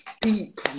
deep